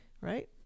right